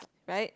right